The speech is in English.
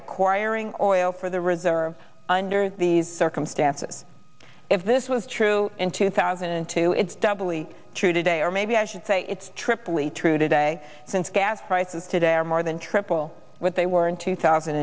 acquiring oil for the reserves under these circumstances if this was true in two thousand and two it's doubly true today or maybe i should say its aaa true today since gas prices today are more than triple what they were in two thousand